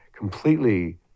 completely